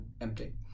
empty